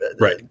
Right